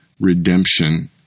redemption